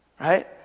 Right